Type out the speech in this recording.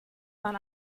man